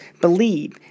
believe